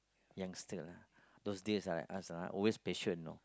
youngster lah those days ah I ask ah always patience you know